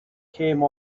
came